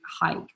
hike